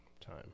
time